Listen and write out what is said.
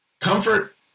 comfort